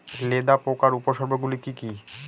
লেদা পোকার উপসর্গগুলি কি কি?